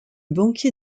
banquier